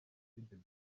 jenoside